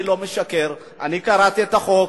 אני לא משקר, אני קראתי את החוק.